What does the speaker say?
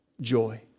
Joy